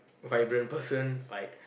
vibrant person like